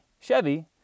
Chevy